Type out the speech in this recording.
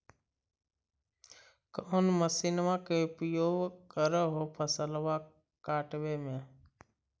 कौन मसिंनमा के उपयोग कर हो फसलबा काटबे में?